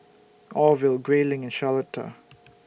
Orville Grayling and Charlotta